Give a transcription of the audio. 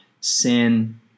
sin